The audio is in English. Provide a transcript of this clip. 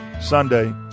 Sunday